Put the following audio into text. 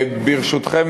ברשותכם,